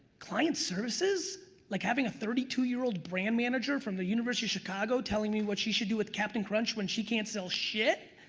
client services? like having a thirty two year old brand manager from the university of chicago telling me what she should do with captain crunch, when she can't sell shit?